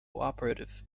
operative